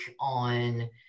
on